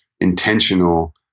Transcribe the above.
intentional